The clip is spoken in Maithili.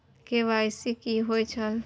के.वाई.सी कि होई छल?